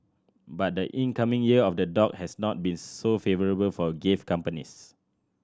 but the incoming Year of the Dog has not been so favourable for gift companies